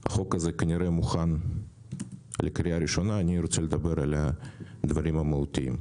החוק הזה כנראה מוכן לקריאה ראשונה ואני רוצה לדבר על הדברים המהותיים: